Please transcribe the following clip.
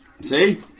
See